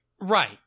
Right